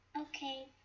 Okay